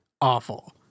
awful